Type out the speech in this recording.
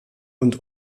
und